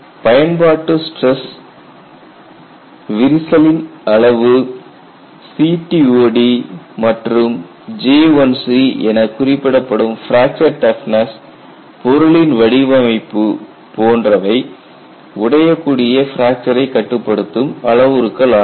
பயன்பாட்டு ஸ்டிரஸ் விரிசலின் அளவு K1C CTOD மற்றும் J1c என குறிப்பிடப்படும் பிராக்சர் டஃப்னஸ் பொருளின் வடிவமைப்பு போன்றவை உடையக்கூடிய பிராக்சரை கட்டுப்படுத்தும் அளவுருக்கள் ஆகும்